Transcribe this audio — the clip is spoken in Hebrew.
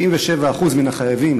97% מהחייבים,